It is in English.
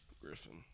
Griffin